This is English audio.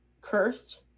cursed